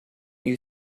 you